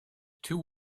two